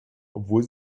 obwohl